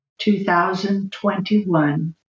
2021